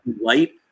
light